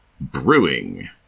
Brewing